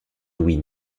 louis